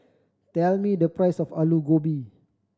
tell me the price of Aloo Gobi